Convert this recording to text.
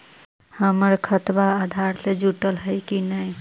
हमर खतबा अधार से जुटल हई कि न?